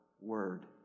word